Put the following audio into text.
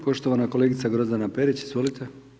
Poštovana kolegice Grozdana Perić, izvolite.